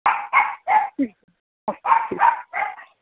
ঠিক অ ঠিক আছে